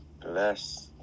Bless